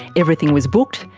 everything was booked,